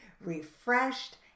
refreshed